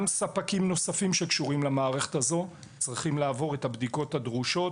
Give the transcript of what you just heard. ספקים נוספים שקשורים למערכת הזו צריכים לעבור את הבדיקות הדרושות,